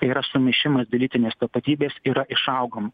tai yra sumišimas dėl lytinės tapatybės yra išaugama